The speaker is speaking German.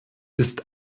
ist